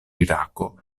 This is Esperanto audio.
irako